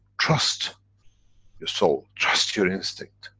trust your soul, trust your instincts.